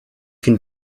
can